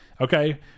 Okay